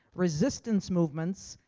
resistance movement,